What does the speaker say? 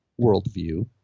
worldview